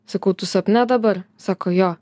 sakau tu sapne dabar sako jo